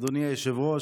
אדוני היושב-ראש,